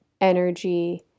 energy